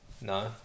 No